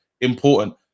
important